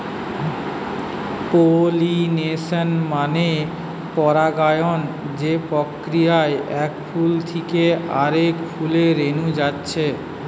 pollination মানে পরাগায়ন যে প্রক্রিয়ায় এক ফুল থিকে আরেক ফুলে রেনু যাচ্ছে